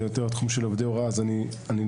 אלא יותר של עובדי ההוראה ולכן אני לא